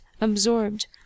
absorbed